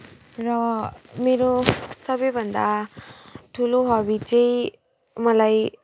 र मेरो सबैभन्दा ठुलो हबी चाहिँ मलाई